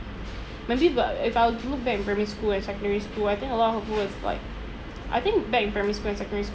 maybe but if I were to look back in primary school and secondary school I think a lot of hurtful words like I think back in primary school and secondary